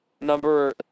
number